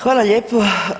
Hvala lijepo.